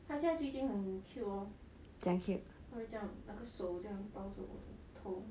怎样 cute